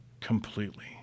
completely